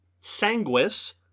Sanguis